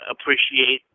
appreciate